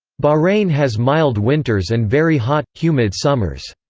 bahrain has mild winters and very hot, humid summers.